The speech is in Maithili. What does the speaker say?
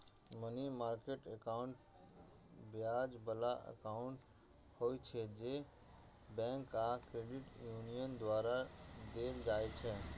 मनी मार्केट एकाउंट ब्याज बला एकाउंट होइ छै, जे बैंक आ क्रेडिट यूनियन द्वारा देल जाइ छै